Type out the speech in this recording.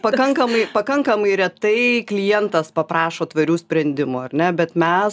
pakankamai pakankamai retai klientas paprašo tvarių sprendimų ar ne bet mes